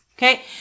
Okay